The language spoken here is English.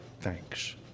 thanks